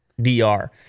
DR